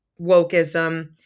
wokeism